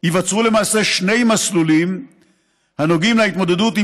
ייווצרו למעשה שני מסלולים הנוגעים להתמודדות עם